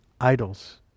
idols